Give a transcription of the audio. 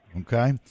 Okay